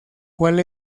cual